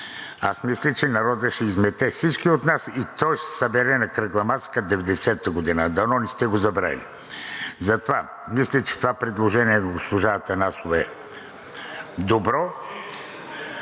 аз мисля, че народът ще измете всички от нас и той ще се събере на кръгла маса като през 1990 г. Дано не сте го забравили. Затова мисля, че това предложение на госпожа Атанасова е добро.